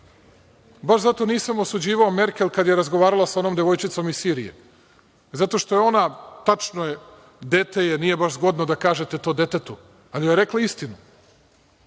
Baš zato nisam osuđivao Merkel kad je razgovarala sa onom devojčicom iz Sirije, zato što je ona, tačno je, nije baš zgodno da kažete to detetu, ali joj je rekla istinu.